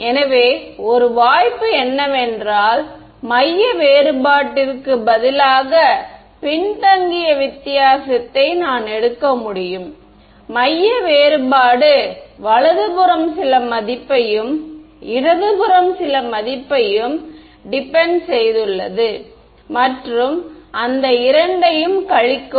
எனவே ஒரு வாய்ப்பு என்னவென்றால் மைய வேறுபாட்டிற்கு பதிலாக பின்தங்கிய வித்தியாசத்தை நான் எடுக்க முடியும் மைய வேறுபாடு வலதுபுறம் சில மதிப்பையும் இடதுபுறத்தில் சில மதிப்பையும் டிபென்ட் செய்துள்ளது மற்றும் அந்த இரண்டையும் கழிக்கவும்